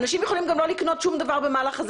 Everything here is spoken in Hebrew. אנשים יכולים גם לא לקנות שום דבר במהלך הזה